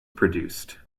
produced